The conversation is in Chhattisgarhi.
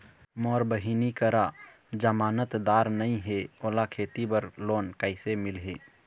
मोर बहिनी करा जमानतदार नई हे, ओला खेती बर लोन कइसे मिलही?